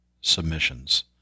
submissions